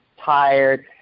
tired